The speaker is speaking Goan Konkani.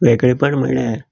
वेगळेंपण म्हळ्यार